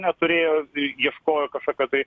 neturėjo ieškojo kažkokio tai